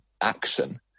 action